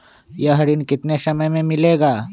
यह ऋण कितने समय मे मिलेगा?